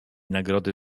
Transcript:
nagrody